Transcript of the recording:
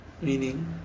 meaning